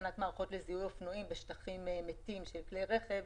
התקנת מערכות לזיהוי אופנועים בשטחים מתים של כלי רכב.